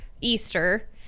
easter